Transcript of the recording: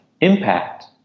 impact